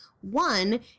One